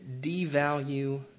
devalue